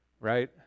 right